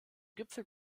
gipfel